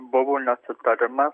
buvo nesutarimas